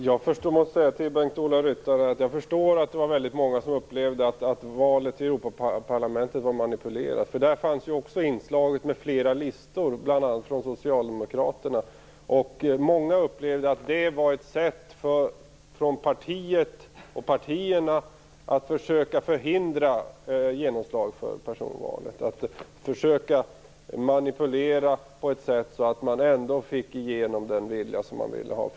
Fru talman! Jag förstår att det var väldigt många som upplevde att valet till Europaparlamentet var manipulerat. Det fanns ju flera listor, bl.a. från socialdemokraterna. Många upplevde att det var ett sätt för partierna att försöka att förhindra genomslag för personval och att manipulera för att ändå få igenom partiets vilja.